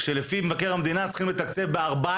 כשלפי מבקר המדינה צריכים לתקצב ב-14